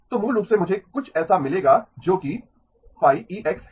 तो मूल रूप से मुझे कुछ ऐसा मिलेगा जोकि ψ E x है